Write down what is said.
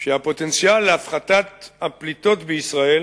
שהפוטנציאל להפחתת הפליטות בישראל